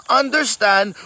understand